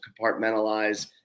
compartmentalize